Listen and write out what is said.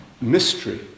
mystery